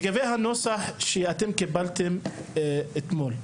לגבי הנוסח שאתם קיבלתם אתמול,